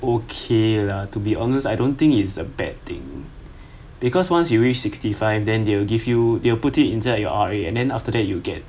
okay lah to be honest I don't think it's a bad thing because once you reach sixty five then they will give you they will put it inside your R_A then after that you'll get